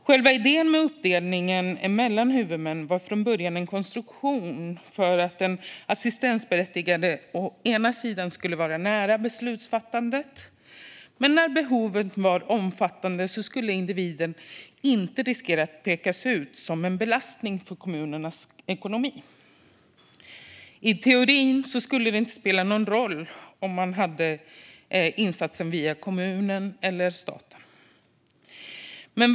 Själva idén med uppdelningen mellan huvudmän var från början en konstruktion för att den assistansberättigade å ena sidan skulle vara nära beslutsfattandet, å andra sidan inte skulle riskera att pekas ut som en belastning för kommunernas ekonomi när behoven var omfattande. I teorin skulle det inte spela någon roll om man hade insatsen via kommunen eller staten.